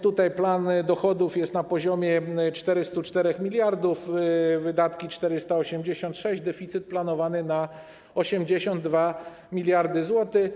Tutaj plan dochodów jest na poziomie 404 mld, wydatki - 486 mld, deficyt planowany na 82 mld zł.